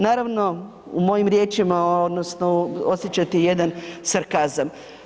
Naravno, u mojim riječima odnosno osjećate jedan sarkazam.